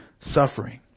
suffering